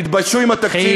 תתביישו עם התקציב.